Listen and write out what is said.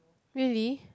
really